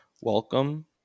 Welcome